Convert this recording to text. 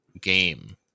game